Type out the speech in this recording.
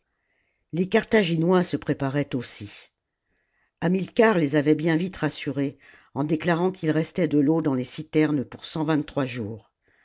les carthaginois se préparaient aussi hamilcar les avait bien vite rassurés en déclarant qu'il restait de feau dans les citernes pour cent vingt-trois jours